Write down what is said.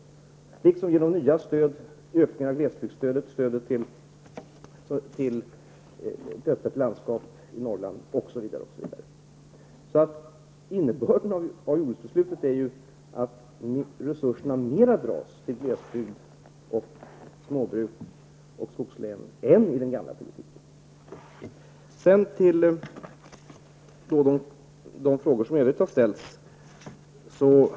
Dessutom har tillkommit nya stöd, en ökning av glesbygdsstödet och stödet till ett öppet landskap i Norrland osv. Innebörden av jordbruksbeslutet är att resurserna dras mer till glesbygd, småbruk och skogslän än med den gamla politiken. Sen till de övriga frågor som ställts.